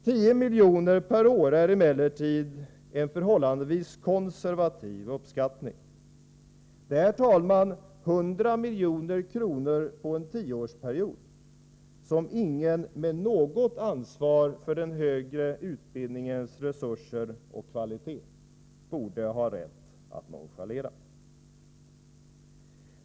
10 milj.kr. per år är emellertid en förhållandevis konservativ uppskattning. Det är, herr talman, 100 milj.kr. under en tioårsperiod som ingen med något ansvar för den högre utbildningens resurser och kvalitet borde ha rätt att nonchalera.